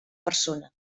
persona